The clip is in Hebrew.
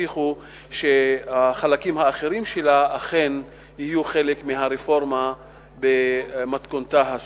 הבטיחו שהחלקים האחרים שלה אכן יהיו חלק מהרפורמה במתכונתה הסופית.